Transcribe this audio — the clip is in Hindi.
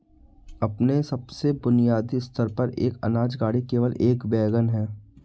अपने सबसे बुनियादी स्तर पर, एक अनाज गाड़ी केवल एक वैगन है